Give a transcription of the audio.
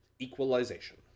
equalization